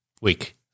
Week